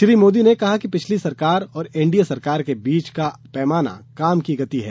श्री मोदी ने कहा कि पिछली सरकार और एनडीए सरकार के बीच अंतर का पैमाना काम की गति है